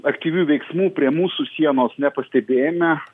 aktyvių veiksmų prie mūsų sienos nepastebėjome